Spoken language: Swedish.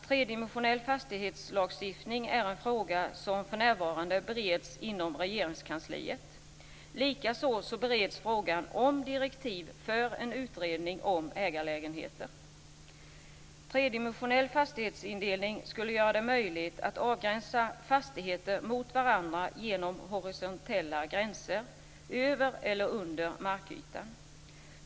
Tredimensionell fastighetslagstiftning är en fråga som för närvarande bereds inom Regeringskansliet. Likaså bereds frågan om direktiv för en utredning om ägarlägenheter. Tredimensionell fastighetsindelning skulle göra det möjligt att avgränsa fastigheter mot varandra genom horisontella gränser över eller under markytan.